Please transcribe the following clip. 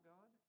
God